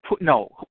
no